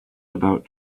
about